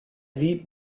sie